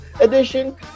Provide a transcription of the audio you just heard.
edition